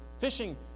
fishing